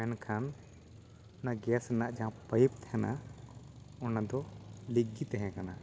ᱢᱮᱱᱠᱷᱟᱱ ᱚᱱᱟ ᱜᱮᱥ ᱨᱮᱱᱟᱜ ᱡᱟᱦᱟᱸ ᱯᱟᱹᱭᱤᱵ ᱛᱟᱦᱮᱱᱟ ᱚᱱᱟ ᱫᱚ ᱞᱤᱠ ᱜᱤ ᱛᱟᱦᱮᱸ ᱠᱟᱱᱟ